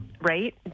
right